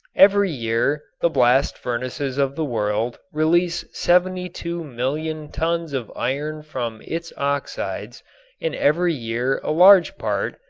every year the blast furnaces of the world release seventy two million tons of iron from its oxides and every year a large part,